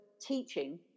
teaching